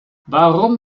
warum